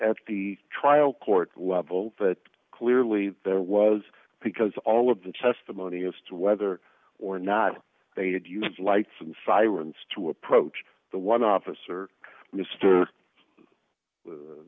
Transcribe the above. at the trial court level but clearly there was because all of the testimony as to whether or not they did use lights and sirens to approach the one officer m